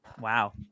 wow